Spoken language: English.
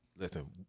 Listen